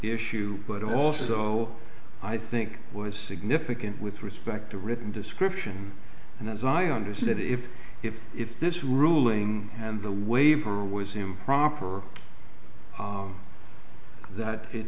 issue but also i think was significant with respect to written description and as i understood it if if if this ruling and the waiver was improper that it